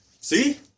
See